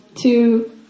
two